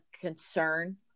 concern